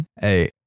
Hey